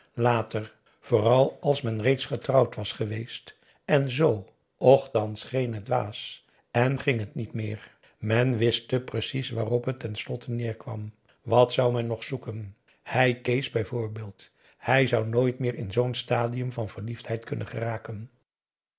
vooral als men reeds getrouwd was geweest en zoo och dan scheen het dwaas en ging het niet meer men wist te precies waarop het ten slotte neêrkwam wat zou men nog zoeken hij kees bijvoorbeeld hij zou nooit meer in zoo'n stadium van verliefdheid kunnen geraken